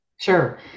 Sure